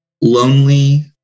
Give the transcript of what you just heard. lonely